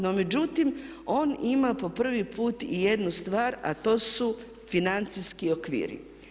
No međutim on ima po prvi put i jednu stvar a to su financijski okviri.